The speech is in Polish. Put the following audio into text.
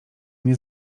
nie